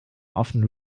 often